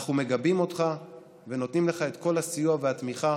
אנחנו מגבים אותך ונותנים לך את כל הסיוע והתמיכה